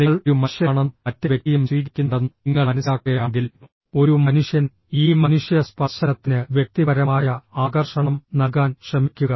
നിങ്ങൾ ഒരു മനുഷ്യനാണെന്നും മറ്റേ വ്യക്തിയും സ്വീകരിക്കുന്നുണ്ടെന്നും നിങ്ങൾ മനസ്സിലാക്കുകയാണെങ്കിൽ ഒരു മനുഷ്യൻ ഈ മനുഷ്യ സ്പർശനത്തിന് വ്യക്തിപരമായ ആകർഷണം നൽകാൻ ശ്രമിക്കുക